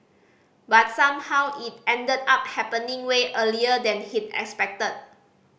but somehow it ended up happening way earlier than he'd expected